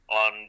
on